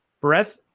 breath